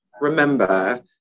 remember